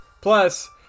Plus-